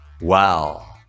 Wow